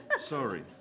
Sorry